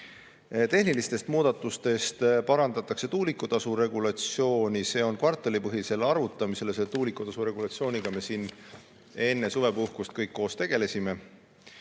Tehnilistest muudatustest: parandatakse tuulikutasu regulatsiooni, [see on seotud] kvartalipõhise arvutamisega. Tuulikutasu regulatsiooniga me siin enne suvepuhkust kõik koos tegelesime.